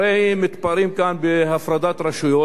הרי מתפארים כאן בהפרדת רשויות.